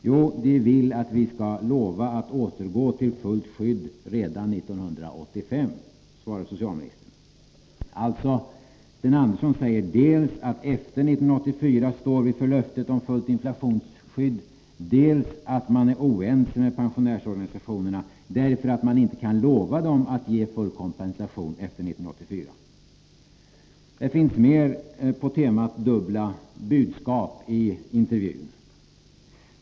Jo, de vill att vi skall lova att återgå till fullt skydd redan 1985, svarar socialministern. Alltså: Sten Andersson säger dels att man efter 1984 står för löftet om fullt inflationsskydd, dels att man är oense med pensionärsorganisationerna, därför att man inte kan lova dem full kompensation efter 1984. Det finns mer på temat ”dubbla budskap” i intervjun.